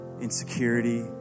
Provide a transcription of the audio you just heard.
insecurity